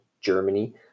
Germany